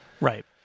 Right